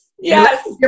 Yes